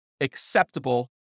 acceptable